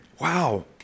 Wow